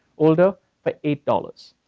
all those for eight dollars.